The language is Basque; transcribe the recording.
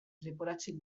leporatzen